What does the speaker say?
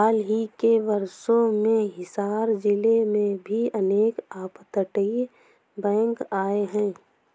हाल ही के वर्षों में हिसार जिले में भी अनेक अपतटीय बैंक आए हैं